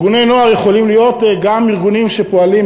ארגוני נוער יכולים להיות גם ארגונים שפועלים,